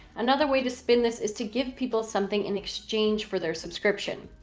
another way to spin this is to give people something in exchange for their subscription.